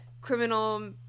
criminal